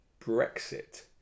Brexit